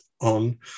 on